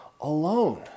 alone